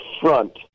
front